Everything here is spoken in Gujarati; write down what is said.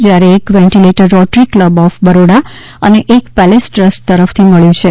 જ્યારે એક ventilator rotary club of Baroda અને એક પેલેસ ટ્રસ્ટ તરફથી મબ્યું છે